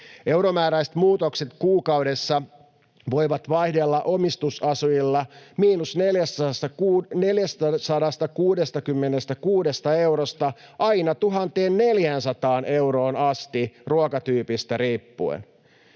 Euromääräiset muutokset kuukaudessa voivat vaihdella omistusasujilla miinus 466 eurosta aina miinus 1 400 euroon asti ruokakunnan tyypistä riippuen.